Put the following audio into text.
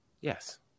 Yes